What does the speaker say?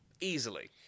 Easily